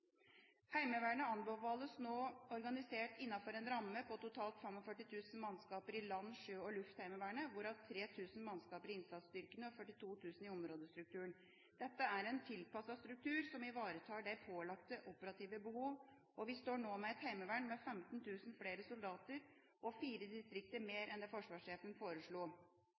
Heimevernet anbefales nå organisert innenfor en ramme på totalt 45 000 mannskaper i land-, sjø- og luftheimevernet, hvorav 3 000 mannskaper i innsatsstyrkene og 42 000 i områdestrukturen. Dette er en tilpasset struktur som ivaretar de pålagte operative behov, og vi står nå med et heimevern med 15 000 flere soldater og fire distrikter mer enn det forsvarssjefen foreslo.